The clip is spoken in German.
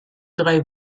drei